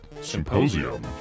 Symposium